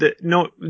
no